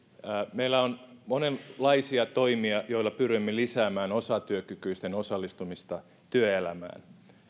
meillä on monenlaisia toimia joilla pyrimme lisäämään osatyökykyisten osallistumista työelämään